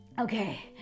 okay